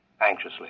anxiously